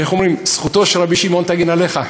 איך אומרים, זכותו של רבי שמעון תגן עליך.